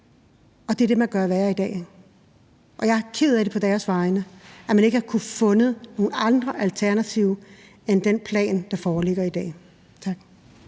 Og det er det, man gør værre i dag. Jeg er på deres vegne ked af, at man ikke har kunnet finde nogle alternativer til den plan, der foreligger i dag. Tak.